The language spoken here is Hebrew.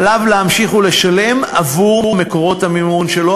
עליו להמשיך ולשלם עבור מקורות המימון שלו,